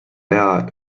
hea